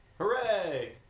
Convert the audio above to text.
Hooray